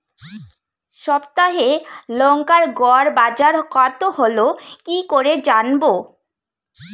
সপ্তাহে লংকার গড় বাজার কতো হলো কীকরে জানবো?